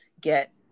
get